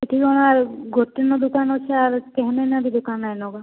ଏଠି କାଣା ଆର୍ ଗୋଟେ ନ ଦୁକାନ୍ ଅଛେ ଆର କେହି ନାଇନ ଯେ ଦୁକାନ ନାଇନ ଗା